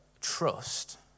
trust